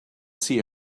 see